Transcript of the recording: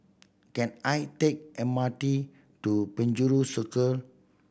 can I take M R T to Penjuru Circle